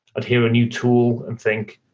adhere a new tool and think,